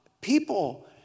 people